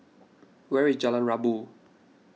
where is Jalan Rabu